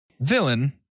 villain